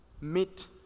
meet